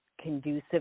conducive